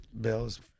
bills